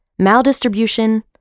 maldistribution